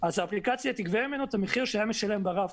אז האפליקציה תגבה ממנו את המחיר שהוא היה משלם ברב-קו.